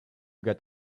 got